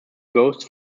ghosts